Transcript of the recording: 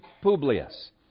Publius